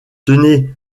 tenez